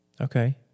Okay